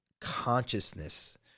consciousness